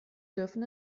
dürfen